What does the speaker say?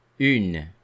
Une